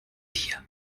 tier